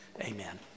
amen